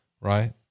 right